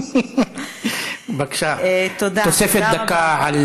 בבקשה, תוספת דקה על